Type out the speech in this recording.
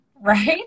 right